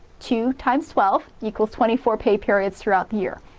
two times twelve equals twenty four pay periods throughout the year.